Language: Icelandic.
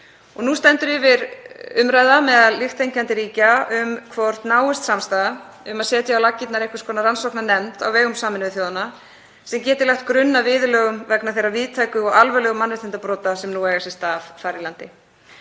Nú stendur yfir umræða meðal líkt þenkjandi ríkja um hvort náist samstaða um að setja á laggirnar einhvers konar rannsóknarnefnd á vegum Sameinuðu þjóðanna sem geti lagt grunn að viðurlögum vegna þeirrar víðtæku og alvarlegu mannréttindabrota sem nú eiga sér stað þar í landi.